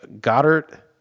Goddard